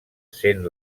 sent